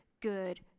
good